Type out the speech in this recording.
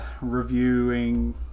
reviewing